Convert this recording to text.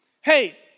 Hey